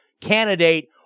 candidate